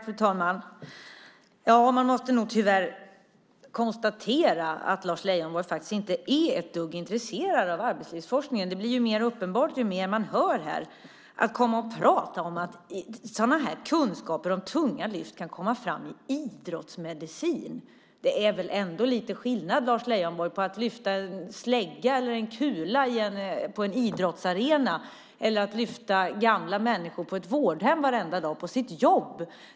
Fru talman! Man måste nog tyvärr konstatera att Lars Leijonborg inte är ett dugg intresserad av arbetslivsforskningen. Det blir mer uppenbart ju mer man hör. Komma här och prata om att sådana här kunskaper om tunga lyft kan komma fram i idrottsmedicin! Det är väl ändå lite skillnad mellan att lyfta en slägga eller en kula på en idrottsarena och att lyfta gamla människor på ett vårdhem varenda dag på sitt jobb.